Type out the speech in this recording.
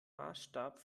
maßstab